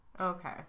Okay